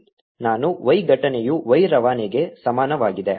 ನಾನು y ಘಟನೆಯು y ರವಾನೆಗೆ ಸಮಾನವಾಗಿದೆ